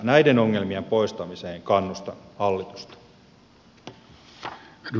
näiden ongelmien poistamiseen kannustan hallitusta